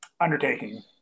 undertaking